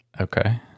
Okay